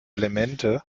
elemente